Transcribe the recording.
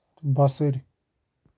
بصِر